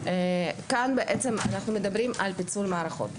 כאן בעצם אנחנו מדברים על פיצול מערכות.